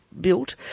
built